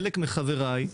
חלק מחבריי,